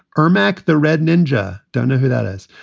earl mack, the red ninja. don't know who that is.